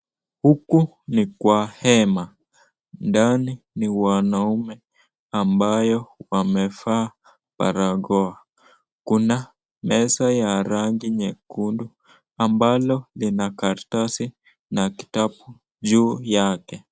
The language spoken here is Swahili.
Huku ni kwa hema ndani ni wanaume ambao wamevaa barakoa, kuna meza ya rangi nyekundu ambalo lina karatasi na kitabu juu yake.